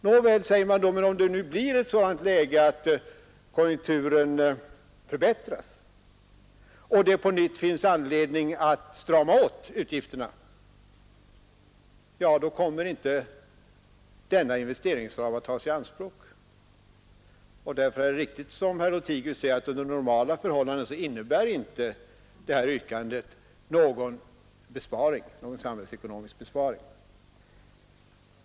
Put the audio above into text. Nåväl, säger man, men hur blir det om konjunkturen förbättras och det på nytt finns anledning strama åt utgifterna? Ja, då kommer denna marginal inte att tas i anspråk! Därför är det riktigt som herr Lothigius säger att detta yrkande under normala förhållanden inte innebär någon samhällsekonomisk besparing.